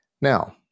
Now